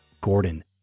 Gordon